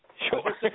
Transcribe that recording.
Sure